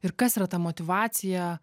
ir kas yra ta motyvacija